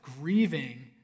grieving